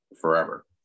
forever